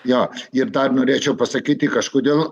jo ir dar norėčiau pasakyti kažkodėl